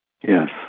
Yes